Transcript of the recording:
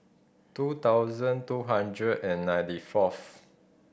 two thousand two hundred and ninety fourth